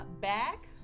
back